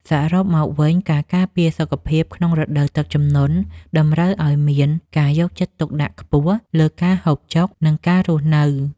សរុបមកវិញការការពារសុខភាពក្នុងរដូវទឹកជំនន់តម្រូវឱ្យមានការយកចិត្តទុកដាក់ខ្ពស់លើការហូបចុក និងការរស់នៅ។